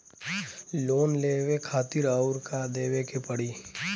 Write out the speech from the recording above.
Loan लेवे खातिर अउर का देवे के पड़ी?